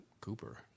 Cooper